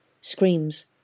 screams